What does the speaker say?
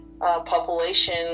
Population